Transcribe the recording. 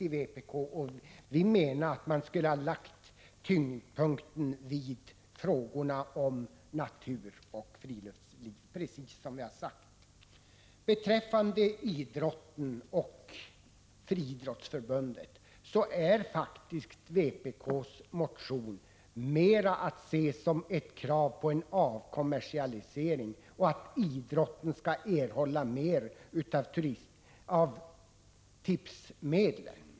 Vi menar inom vpk att man skulle ha lagt tyngdpunkten vid frågorna om natur och friluftsliv — precis som vi har skrivit och sagt. Beträffande idrotten och Friidrottsförbundet är faktiskt vpk:s motion 15 mera att se som ett krav på en avkommersialisering och ett krav på att idrotten skall erhålla mer av tipsmedel.